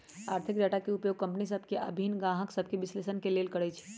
आर्थिक डाटा के उपयोग कंपनि सभ के आऽ भिन्न बैंक गाहक सभके विश्लेषण के लेल करइ छइ